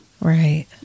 Right